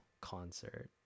concert